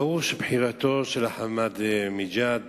ברור שבחירתו של אחמדינג'אד